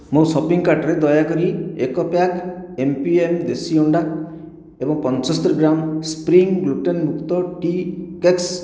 ମୋ ସପିଂ କାର୍ଟରେ ଦୟାକରି ଏକ ପ୍ୟାକ୍ ଏମ୍ ପି ଏମ୍ ଦେଶୀ ଅଣ୍ଡା ଏବଂ ପଞ୍ଚସ୍ତରୀ ଗ୍ରାମ୍ ସ୍ପ୍ରିଙ୍ଗ୍ ଗ୍ଲୁଟେନ୍ ମୁକ୍ତ ଟି କେକ୍ସ୍